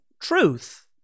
truth